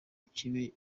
kibe